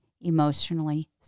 emotionally